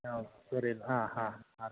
औ जेरै हा आरो